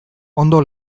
ondo